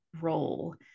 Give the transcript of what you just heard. role